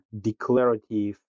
declarative